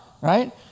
right